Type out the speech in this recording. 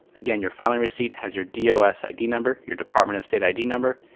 again, your final receipt has your dos id number, your department of state id number.